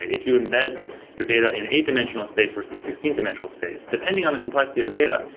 if you embed your data in eight dimensional space versus sixteen dimensional space, depending on the complexity of data,